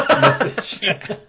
message